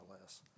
less